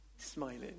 smiling